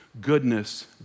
goodness